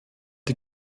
die